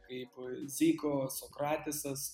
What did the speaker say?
kaip ziko sokratisas